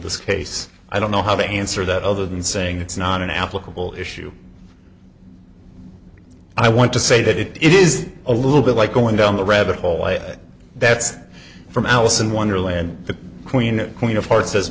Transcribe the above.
this case i don't know how to answer that other than saying it's not an applicable issue i want to say that it is a little bit like going down the rabbit hole way that's from alice in wonderland the queen queen of hearts